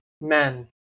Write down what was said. men